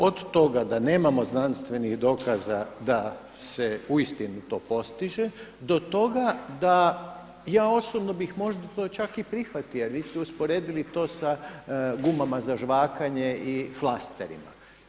Od toga da nemamo znanstvenih dokaza da se uistinu to postiže, do toga da ja osobno bih možda to čak i prihvatio, jer vi ste usporedili to sa gumama za žvakanje i flasterima.